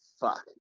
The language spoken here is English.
fuck